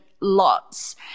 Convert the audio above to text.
Lots